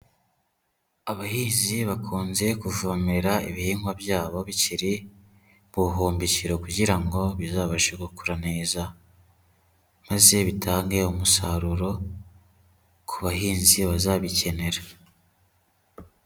Abahinzi bakunze kuvomera ibihingwa byabo bikiri mu buhumbikiro kugira ngo bizabashe gukura neza maze bitange umusaruro ku bahinzi bazabikenera.